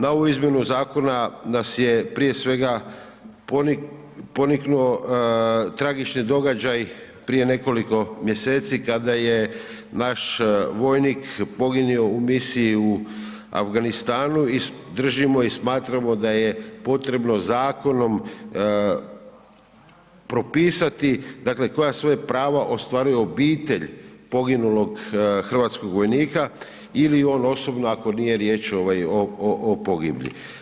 Na ovu izmjenu zakona nas je prije svega poniknuo tragični događaj prije nekoliko mjeseci kada je naš vojnik poginuo u misiji u Afganistanu i držimo i smatramo da je potrebno zakonom propisati, dakle koja sve prava ostvaruje obitelj poginulog hrvatskog vojnika ili on osobno ako nije riječ ako nije riječ ovaj o, o, o pogiblji.